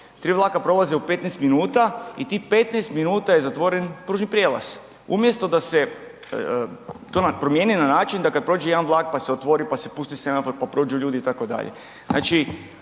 3 vlaka prolaze u 15 minuta i tih 15 minuta je zatvoren pružni prijelaz. Umjesto da se to promijeni na način da kad prođe jedan vlak, pa se otvori, pa se pusti semafor, pa prođu ljudi itd.